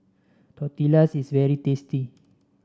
tortillas is very tasty